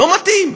לא מתאים.